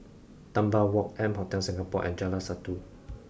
Dunbar Walk M Hotel Singapore and Jalan Satu